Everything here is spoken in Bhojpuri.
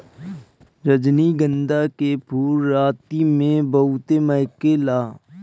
रजनीगंधा के फूल राती में बहुते महके ला